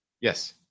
Yes